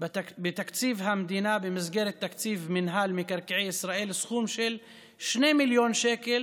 בתקציב המדינה במסגרת תקציב מינהל מקרקעי ישראל סכום של 2 מיליון שקל